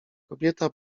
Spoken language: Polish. kobieta